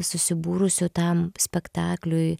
susibūrusių tam spektakliui